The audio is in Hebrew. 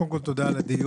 קודם כל תודה על הדיון.